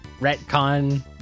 retcon